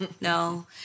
no